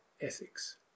ethics